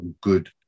good